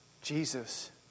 Jesus